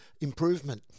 improvement